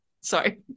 sorry